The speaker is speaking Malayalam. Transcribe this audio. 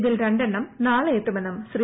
ഇതിൽ രണ്ടെണ്ണം നാളെ എത്തുമെന്നും ശ്രീ